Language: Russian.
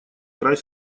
край